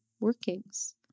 workings